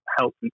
help